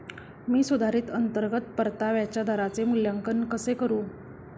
मी सुधारित अंतर्गत परताव्याच्या दराचे मूल्यांकन कसे करू?